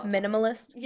Minimalist